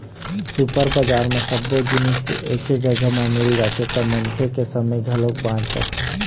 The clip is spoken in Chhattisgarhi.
सुपर बजार म सब्बो जिनिस एके जघा म मिल जाथे त मनखे के समे घलोक बाच जाथे